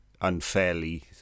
unfairly